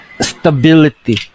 stability